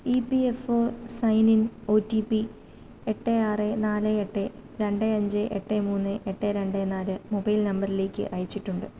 E P F O sign in O T P എട്ട് ആറ് നാല് എട്ട് രണ്ട് അഞ്ച് എട്ട് മൂന്ന് എട്ട് രണ്ട് നാല് മൊബൈൽ നമ്പറിലേക്ക് അയച്ചിട്ടുണ്ട്